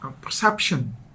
perception